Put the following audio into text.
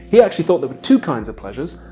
he actually thought there were two kinds of pleasures.